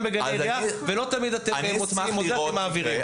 גם בגני עירייה ולא תמיד אתם מוציאים אותה אלא מעבירים.